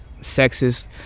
sexist